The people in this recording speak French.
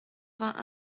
vingt